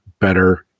better